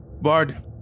Bard